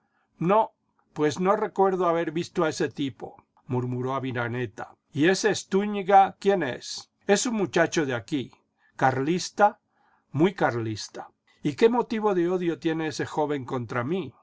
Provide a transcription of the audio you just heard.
no pues no recuerdo haber visto a ese tipo murmuró aviraneta y ese estúñiga quién es es un muchacho de aquí carlista muy carhsta y qué motivo de odio tiene ese joven contra mi